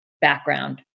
background